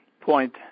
point